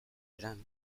eran